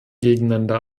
gegeneinander